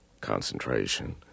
concentration